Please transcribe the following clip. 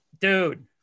dude